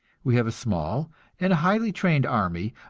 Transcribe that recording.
we have a small and highly trained army,